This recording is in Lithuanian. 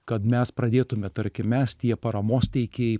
kad mes pradėtume tarkim mes tie paramos teikėjai